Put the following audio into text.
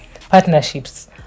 partnerships